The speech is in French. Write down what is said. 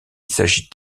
s’agit